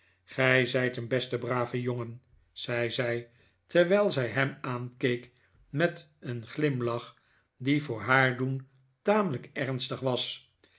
gij zijt een beste brave jongen zei zij terwijl zij hem aankeek met een glimlach die voor haar doen tamelijk ernstig was